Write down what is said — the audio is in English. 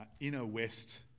inner-west